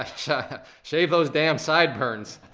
ah shave those damn sideburns.